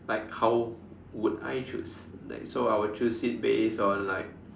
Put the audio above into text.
like how would I choose like so I will choose it based on like